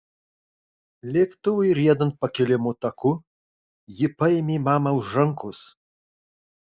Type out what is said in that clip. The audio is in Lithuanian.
lėktuvui riedant pakilimo taku ji paėmė mamą už rankos